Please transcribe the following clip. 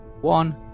one